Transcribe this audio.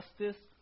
justice